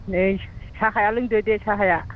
नै साहाया लोंदो दे साहाया